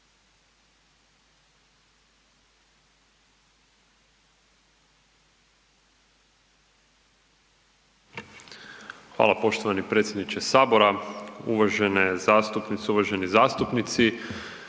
Hvala poštovani predsjedniče Sabora. Uvažene zastupnice, uvaženi zastupnici.